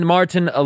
Martin